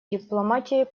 дипломатией